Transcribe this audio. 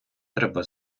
треба